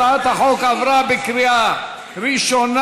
הצעת החוק עברה בקריאה ראשונה,